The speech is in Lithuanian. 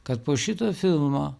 kad po šito filmo